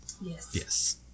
Yes